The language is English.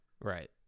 Right